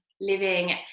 living